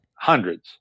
Hundreds